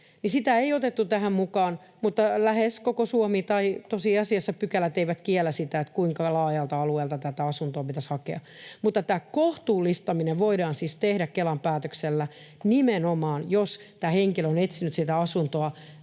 sitä ei otettu tähän mukaan, mutta lähes koko Suomi... tai tosiasiassa pykälät eivät kiellä sitä, kuinka laajalta alueelta tätä asuntoa pitäisi hakea. Mutta tämä kohtuullistaminen voidaan siis tehdä Kelan päätöksellä nimenomaan, jos tämä henkilö on etsinyt sitä